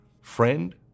friend